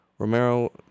Romero